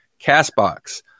CastBox